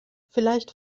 vielleicht